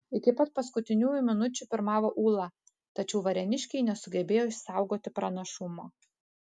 iki pat paskutiniųjų minučių pirmavo ūla tačiau varėniškiai nesugebėjo išsaugoti pranašumo